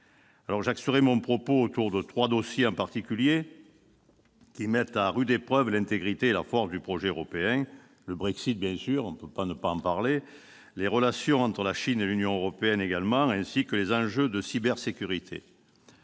J'axerai mon propos sur trois dossiers en particulier, qui mettent à rude épreuve l'intégrité et la force du projet européen : le Brexit, bien sûr, les relations entre la Chine et l'Union européenne, ainsi que les enjeux de cybersécurité.